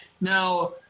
Now